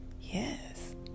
yes